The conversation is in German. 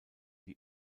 die